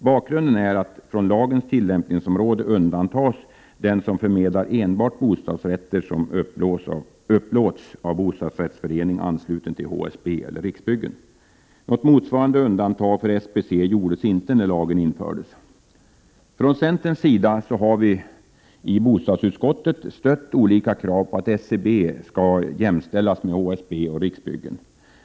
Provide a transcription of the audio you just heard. Bakgrunden är att från lagens tillämpningsområde undantas den som förmedlar enbart bostadsrätter som upplåts av bostadsrättsförening ansluten till HSB eller Riksbyggen. Något motsvarande undantag för SBC gjordes inte när lagen infördes. Från centerns sida har vi i bostadsutskottet stött olika krav på att SBC skall jämställas med HSB och Riksbyggen.